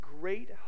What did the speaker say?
great